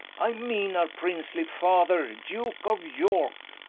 i meane our princely father, duke of yorke